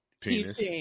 penis